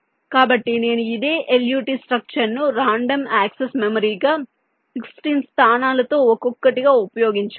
కాబట్టి నేను ఇదే LUT స్ట్రక్చర్ ను రాండమ్ యాక్సెస్ మెమరీగా 16 స్థానాలతో ఒక్కొక్కటిగా ఉపయోగించగలను